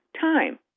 time